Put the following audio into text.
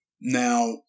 Now